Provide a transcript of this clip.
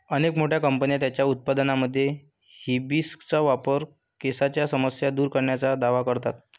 अनेक मोठ्या कंपन्या त्यांच्या उत्पादनांमध्ये हिबिस्कस वापरून केसांच्या समस्या दूर करण्याचा दावा करतात